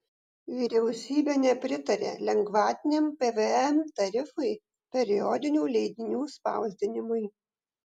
vyriausybė nepritarė lengvatiniam pvm tarifui periodinių leidinių spausdinimui